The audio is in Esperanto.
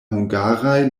hungaraj